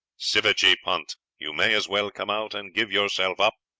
sivajee punt! you may as well come out and give yourself up!